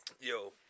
yo